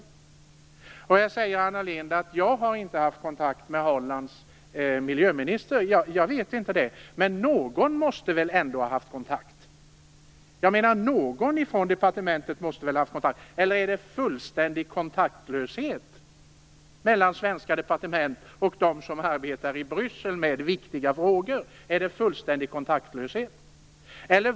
Anna Lindh säger att hon inte har haft kontakt med Hollands miljöminister. Någon måste väl ändå ha haft kontakt. Någon från departementet måste väl ha haft kontakt. Eller är det fullständig kontaktlöshet mellan svenska departement och dem som arbetar med viktiga frågor i Bryssel?